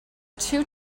too